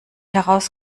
heraus